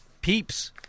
peeps